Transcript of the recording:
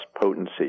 potency